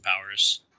Powers